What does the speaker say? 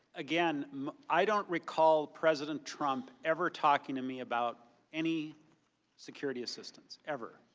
again i don't recall president trump ever talking to me about any security assistance, ever.